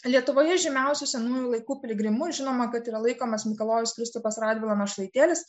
lietuvoje žymiausių senųjų laikų piligrimu žinoma kad yra laikomas mikalojus kristupas radvila našlaitėlis